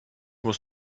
muss